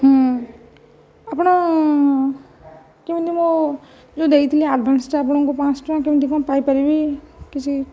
ଆପଣ କେମିତି ମୋ' ଯେଉଁ ଦେଇଥିଲି ଆଡଭାନ୍ସଟା ଆପଣଙ୍କୁ ପାଞ୍ଚଶହ ଟଙ୍କା କେମିତି କ'ଣ ପାଇପାରିବି କିଛି